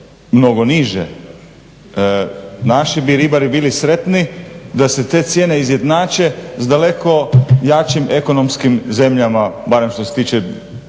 mnogo niže, naši bi ribari bili sretni da se te cijene izjednače s daleko jačim ekonomskim zemljama, barem što se tiče Italije